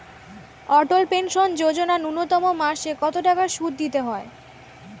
অটল pension Yojana ন্যূনতম মাসে কত টাকা সুধ দিতে হয়?